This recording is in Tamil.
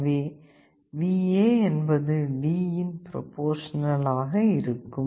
எனவே VA என்பது D இன் ப்ரோபோர்சனல் ஆக இருக்கும்